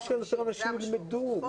מה שיותר אנשים שילמדו.